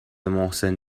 محسن